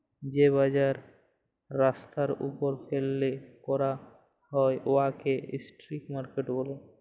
যে বাজার রাস্তার উপর ফ্যাইলে ক্যরা হ্যয় উয়াকে ইস্ট্রিট মার্কেট ব্যলে